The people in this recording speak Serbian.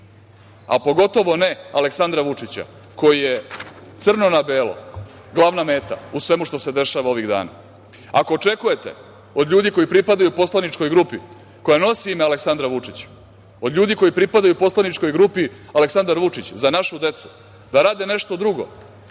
a pogotovo ne Aleksandra Vučića koji je crno na belo glavna meta u svemu što se dešava ovih dana. Ako očekujete od ljudi koji pripadaju poslaničkoj grupi koja nosi ime Aleksandra Vučića, od ljudi koji pripadaju poslaničkoj grupi „Aleksandar Vučić – Za našu decu“, da rade nešto drugo